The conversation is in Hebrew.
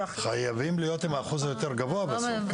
חייבים להיות עם האחוז היותר גבוה בסוף,